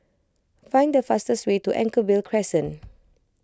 find the fastest way to Anchorvale Crescent